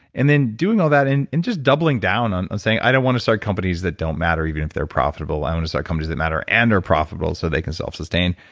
and then, doing all that and and just doubling down on saying i don't want to start companies that don't matter, even if they're profitable. i want to start companies that matter and are profitable so they can self-sustain.